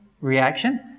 reaction